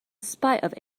spite